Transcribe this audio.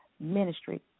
ministry